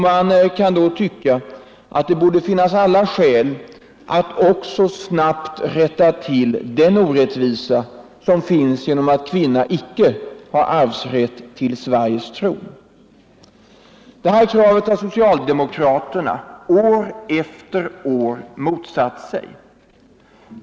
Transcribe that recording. Man kan då tycka att det borde finnas alla skäl att också rätta till den orättvisa som ligger i att kvinna inte äger arvsrätt till Sveriges tron. Detta har socialdemokratin år efter år motsatt sig.